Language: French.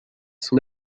son